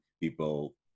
people